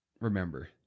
remember